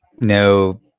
no